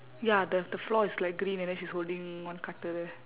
ya the the floor is like green and then she's holding one cutter